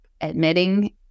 Admitting